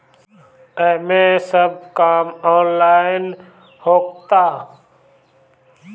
एमे सब काम ऑनलाइन होखता